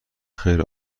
خیر